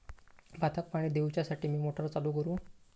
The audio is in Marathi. भाताक पाणी दिवच्यासाठी मी मोटर चालू करू?